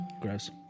Gross